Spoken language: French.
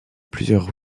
plusieurs